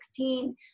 2016